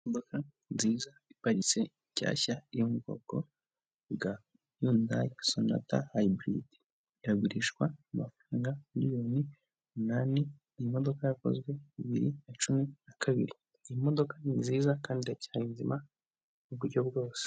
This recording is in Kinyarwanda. Imodoka nziza iparitse nshyashya yobwoko bwa yundaya sonata hayiburide. Iragurishwa amafaranga miliyoni umunani, iyi modoka yakozwe bibiri na cumi na kabiri, iyi modoka ni nziza, kandi iracyari nzima, mu buryo bwose.